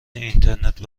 اینترنت